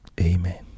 Amen